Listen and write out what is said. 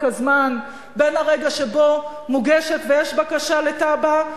הזמן בין הרגע שבו מוגשת ויש בקשה לתב"ע.